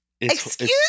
excuse